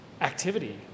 activity